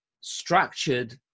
structured